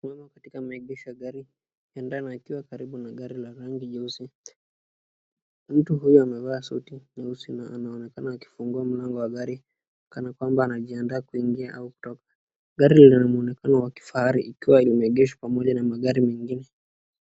[..] katika maegesho ya gari yakiwa karibu na gari ya rangi nyeusi. Mtu huyu amavaa suti nyeusi na anaonekana akifungua mlango wa gari kana kwamba anajiandaa kuingia ama kutoka. Gari lina muonekano wa kifahari ikiwa imeegeshwa pamoja na magari mengine.